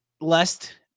lest